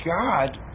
God